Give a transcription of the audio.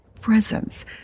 presence